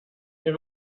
ihr